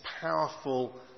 powerful